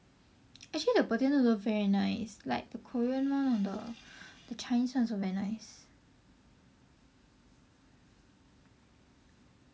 actually the potato also very nice like the Korean one or the chinese one also very nice